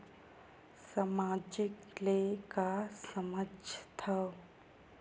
सामाजिक ले का समझ थाव?